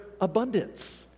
abundance